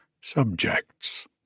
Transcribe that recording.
subjects